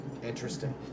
Interesting